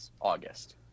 August